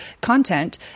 content